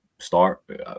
start